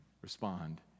respond